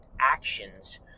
actions